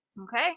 Okay